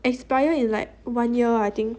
expire in like one year I think